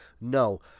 No